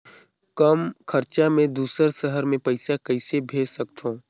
कम खरचा मे दुसर शहर मे पईसा कइसे भेज सकथव?